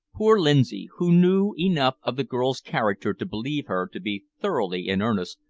poor lindsay, who knew enough of the girl's character to believe her to be thoroughly in earnest,